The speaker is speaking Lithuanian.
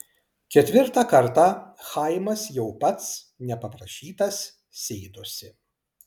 ketvirtą kartą chaimas jau pats nepaprašytas sėdosi